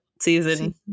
season